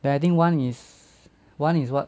and I think one is one is what